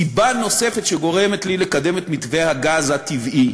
סיבה נוספת שגורמת לי לקדם את מתווה הגז הטבעי